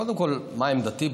קודם כול, מה עמדתי?